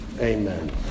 Amen